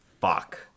fuck